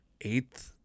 eighth